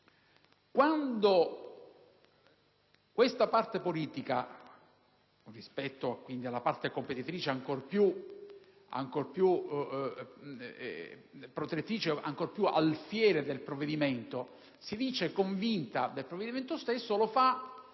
quando questa parte politica, rispetto alla parte competitrice ancor più alfiere del provvedimento, si dice convinta del provvedimento stesso, lo fa